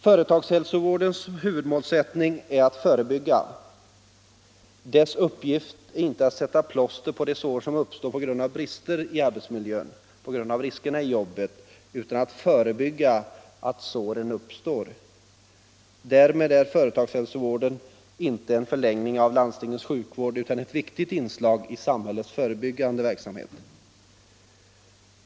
Företagshälsovårdens huvudmålsättning är att förebygga. Dess uppgift är inte att sätta plåster på de sår som uppstår på grund av brister i arbetsmiljön, på grund av risker i jobbet, utan att förebygga att ”såren” uppstår. Därmed är företagshälsovården inte en förlängning av landstingens sjukvård utan ett viktigt inslag i samhällets förebyggande verksamhet.